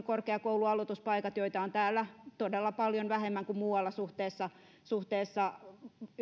korkeakoulualoituspaikat joita on täällä todella paljon vähemmän kuin muualla suhteessa suhteessa